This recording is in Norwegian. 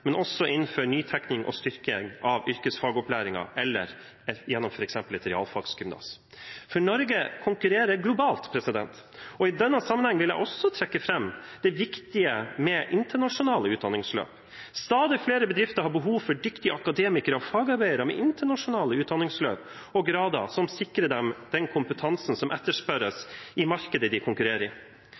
men også innenfor nytenkning og styrking av yrkesfagopplæringen, eller gjennom f.eks. et realfagsgymnas. Norge konkurrerer globalt, og i den sammenhengen vil jeg også trekke fram det viktige med internasjonale utdanningsløp. Stadig flere bedrifter har behov for dyktige akademikere og fagarbeidere med internasjonale utdanningsløp og grader, som sikrer dem den kompetansen som etterspørres, i markedet de konkurrerer